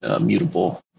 Mutable